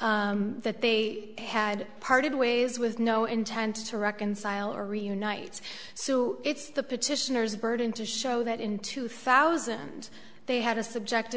that they had parted ways with no intent to reconcile or reunite so it's the petitioner's burden to show that in two thousand they had a subjective